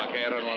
and